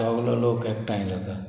सोगलो लोक एकठांय जाता